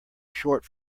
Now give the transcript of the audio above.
short